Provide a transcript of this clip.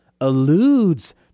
alludes